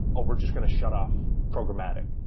oh, we're just going to shut off programmatic,